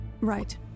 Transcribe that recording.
Right